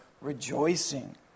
rejoicing